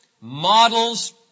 models